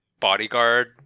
Bodyguard